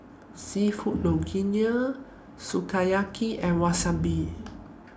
Seafood Linguine Sukiyaki and Wasabi